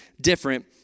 different